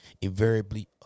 invariably